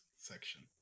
section